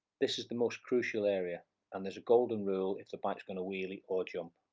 this is the most crucial area and there's a golden rule if the bike's going to wheelie or jump.